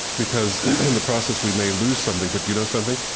because in the process, we may lose something. but you know something?